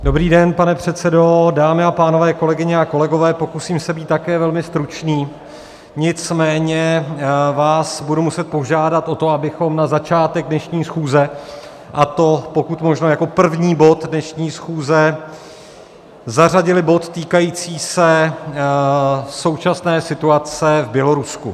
Dobrý den, pane předsedo, dámy a pánové, kolegyně a kolegové, pokusím se být také velmi stručný, nicméně vás budu muset požádat o to, abychom na začátek dnešní schůze, a to pokud možno jako první bod dnešní schůze, zařadili bod týkající se současné situace v Bělorusku.